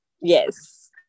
Yes